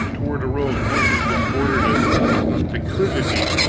toward a row of bushes that bordered a declivity,